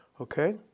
okay